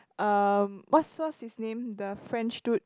um what what's his name the French dude